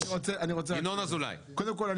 קודם כול,